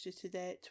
today